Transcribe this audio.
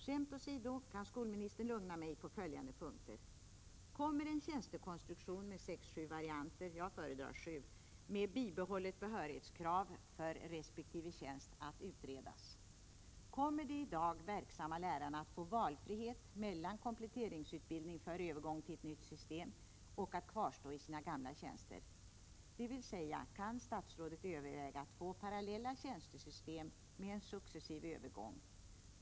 Skämt åsido undrar jag om skolministern kan lugna mig på följande punkter: Kommer en tjänstekonstruktion med 6/7-varianter — jag föredrar 7 — med bibehållet behörighetskrav för resp. tjänst att utredas? Kommer de i dag verksamma lärarna att få valfrihet mellan kompletteringsutbildning för övergång till ett nytt system och att kvarstå i sina gamla tjänster? Kan statsrådet överväga två parallella tjänstesystem med en successiv övergång?